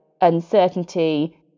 uncertainty